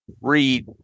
read